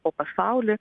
po pasaulį